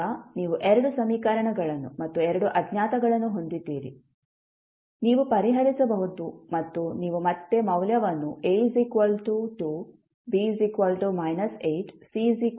ಈಗ ನೀವು ಎರಡು ಸಮೀಕರಣಗಳನ್ನು ಮತ್ತು ಎರಡು ಅಜ್ಞಾತಗಳನ್ನು ಹೊಂದಿದ್ದೀರಿ ನೀವು ಪರಿಹರಿಸಬಹುದು ಮತ್ತು ನೀವು ಮತ್ತೆ ಮೌಲ್ಯವನ್ನು A 2 B −8 C 7 ಎಂದು ಪಡೆಯುತ್ತೀರಿ